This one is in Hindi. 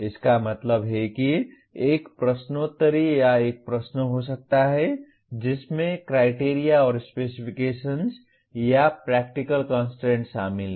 इसका मतलब है कि एक प्रश्नोत्तरी या एक प्रश्न हो सकता है जिसमें क्राइटेरिया और स्पेसिफिकेशन्स या प्रैक्टिकल कंस्ट्रेंट्स शामिल हैं